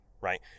right